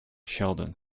sheldon